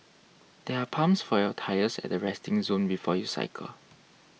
there are pumps for your tyres at the resting zone before you cycle